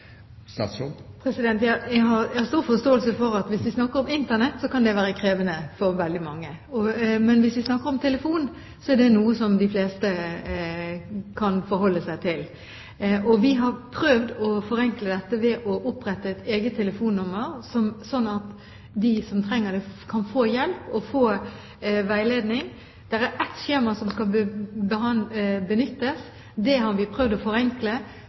Jeg har stor forståelse for at når vi snakker om Internett, kan det være krevende for veldig mange. Men når vi snakker om telefon, er det noe de fleste kan forholde seg til, og vi har prøvd å forenkle dette ved å opprette et eget telefonnummer, slik at de som trenger det, kan få hjelp og veiledning. Det er ett skjema som skal benyttes, det har vi prøvd å forenkle,